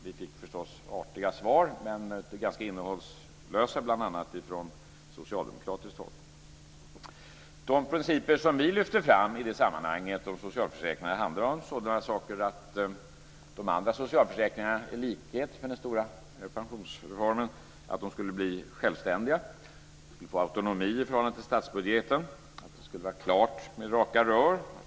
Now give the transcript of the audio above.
Vi fick förstås artiga svar, men ganska innehållslösa, bl.a. från socialdemokratiskt håll. De principer som vi lyfter fram i detta sammanhang, alltså socialförsäkringarna, handlar om sådana saker som att de andra socialförsäkringarna i likhet med vad som gäller i fråga om den stora pensionsreformen skulle bli självständiga. De skulle få autonomi i förhållande till statsbudgeten. Det skulle vara klart med raka rör.